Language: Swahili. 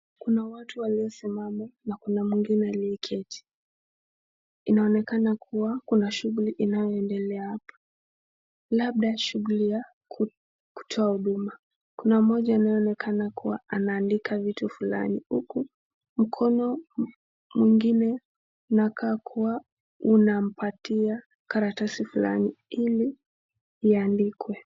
Kuna watu waliosimama na kuna wengine walioketi, inaonekana kuwa kuna shughuli inayoendelea hapa labda shughuli ya kutoa huduma, kuna mmoja anayeonekana kuandika vitu fulani huku mkono mwingine unakaa kuwa unampatia karatasi fulani hili iandikwe.